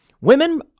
women